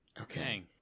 Okay